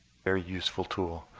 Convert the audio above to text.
very useful tool.